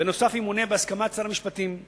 בנוסף, ימונה, בהסכמת שר המשפטים,